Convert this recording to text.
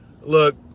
look